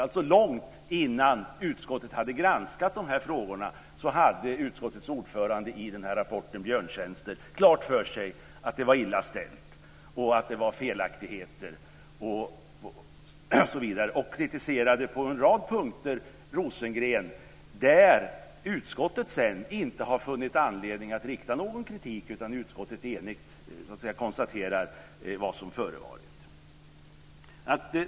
Långt innan utskottet hade granskat de här frågorna hade alltså utskottets ordförande i den här rapporten klart för sig att det var illa ställt, att det var felaktigheter osv. Han kritiserade Rosengren på en rad punkter där utskottet sedan inte har funnit anledning att rikta någon kritik utan där utskottet enigt konstaterat vad som förevarit.